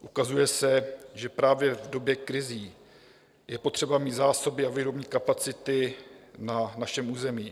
Ukazuje se, že právě v době krizí je potřeba mít zásoby a výrobní kapacity na našem území.